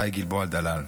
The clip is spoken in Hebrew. גיא גלבוע-דלאל,